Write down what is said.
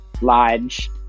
lodge